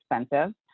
expensive